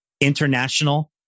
international